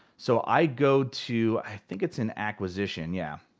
so i go to, i think it's in acquisition, yeah.